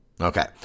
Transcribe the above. Okay